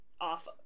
off